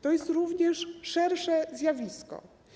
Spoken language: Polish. To jest również szersze zjawisko.